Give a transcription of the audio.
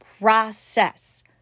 process